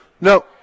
No